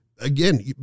again